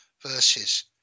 verses